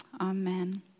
Amen